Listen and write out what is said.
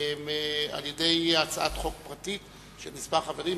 על-ידי הצעת חוק פרטית של כמה חברים,